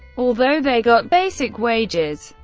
although they got basic wages,